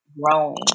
growing